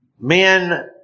Men